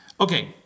okay